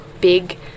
big